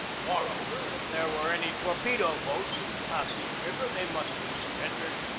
moreover, if there were any torpedo-boats in the pasig river they must be surrendered,